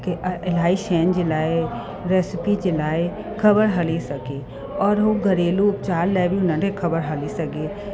खे इलाही शयुनि जे लाइ रेसपी जे लाइ ख़बरु हली सघे और हू घरेलू उपचार लाइ बि हुन ॾे ख़बरु हली सघे